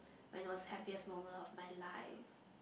when was happiest moment of my life